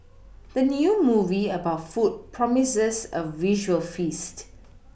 the new movie about food promises a visual feast